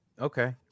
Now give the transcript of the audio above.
Okay